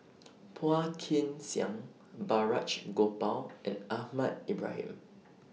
Phua Kin Siang Balraj Gopal and Ahmad Ibrahim